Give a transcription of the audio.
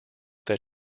that